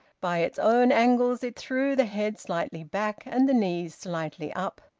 by its own angles it threw the head slightly back, and the knees slightly up.